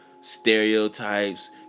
stereotypes